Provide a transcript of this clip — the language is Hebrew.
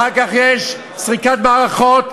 אחר כך יש סקירת מערכות,